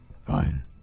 Fine